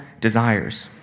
desires